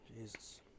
Jesus